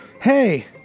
hey